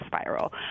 spiral